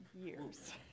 years